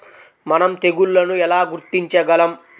మనం తెగుళ్లను ఎలా గుర్తించగలం?